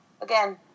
again